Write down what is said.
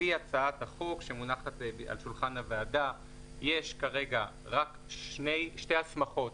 לפי הצעת החוק שמונחת על שולחן הוועדה יש כרגע רק שתי הסמכות